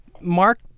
Mark